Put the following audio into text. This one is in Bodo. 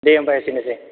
दे होनब्ला एसेनोसै